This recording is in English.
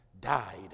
died